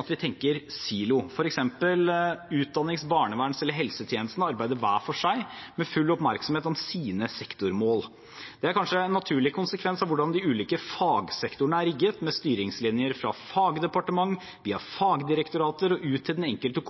at vi tenker silo. For eksempel arbeider utdannings-, barneverns- eller helsetjenestene hver for seg, med full oppmerksomhet om sine sektormål. Det er kanskje en naturlig konsekvens av hvordan de ulike fagsektorene er rigget, med styringslinjer fra fagdepartement via fagdirektorater og ut til den enkelte